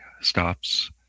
stops